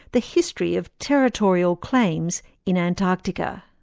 the history of territorial claims in antarctica.